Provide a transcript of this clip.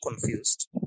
confused